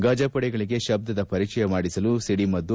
ಗಜಪಡೆಗಳಿಗೆ ಶಬ್ದದ ಪರಿಚಯ ಮಾಡಿಸಲು ಸಿಡಮದ್ದು